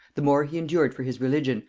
the more he endured for his religion,